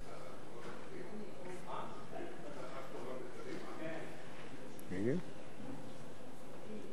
לפיכך אני קובע שהצעת חוק הרשויות המקומיות (מינהל יחידת